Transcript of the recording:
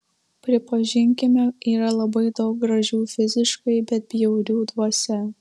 pripažinkime yra labai daug gražių fiziškai bet bjaurių dvasia